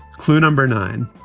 clue number nine.